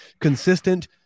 consistent